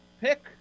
Pick